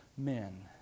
Men